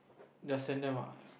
just send them out